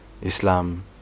Islam